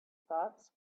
thoughts